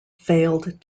failed